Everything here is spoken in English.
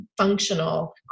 functional